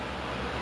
true